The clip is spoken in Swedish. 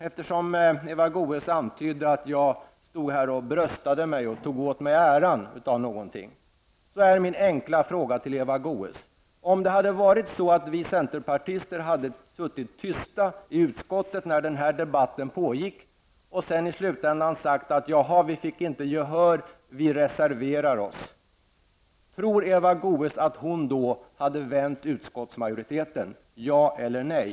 Eftersom Eva Goe s antydde att jag stod här och bröstade mig och tog åt mig äran för någonting, är min enkla fråga till Eva Goe s: Om det hade varit så att vi centerpartister hade suttit tysta i utskottet när den här debatten pågick och sedan i slutändan sagt: ''Ja, vi fick inte gehör för vårt förslag utan vi reserverar oss'' -- tror Eva Goe s att hon då hade vänt utskottsmajoriteten? Ja eller nej!